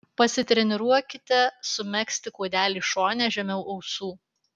pasitreniruokite sumegzti kuodelį šone žemiau ausų